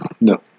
No